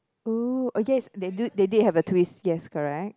oo oh yes they do they did have a twist yes correct